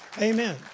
Amen